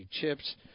chips